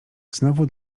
znowu